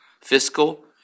fiscal